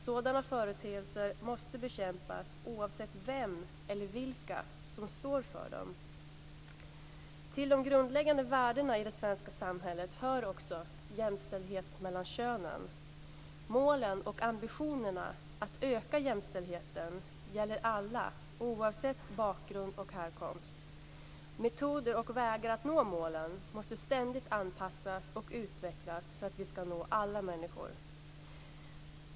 Sådana företeelser måste bekämpas oavsett vem eller vilka som står för dem. Till de grundläggande värdena i det svenska samhället hör också jämställdhet mellan könen. Målen och ambitionerna att öka jämställdheten gäller alla oavsett bakgrund och härkomst. Metoder och vägar att nå målen måste ständigt anpassas och utvecklas för att vi ska nå alla människor.